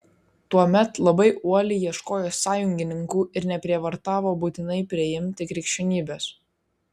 tuomet labai uoliai ieškojo sąjungininkų ir neprievartavo būtinai priimti krikščionybės